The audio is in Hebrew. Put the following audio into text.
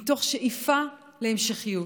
מתוך שאיפה להמשכיות,